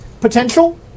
Potential